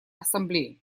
ассамблеи